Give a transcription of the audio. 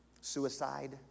Suicide